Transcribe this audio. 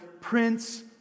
Prince